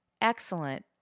excellent